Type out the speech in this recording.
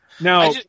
Now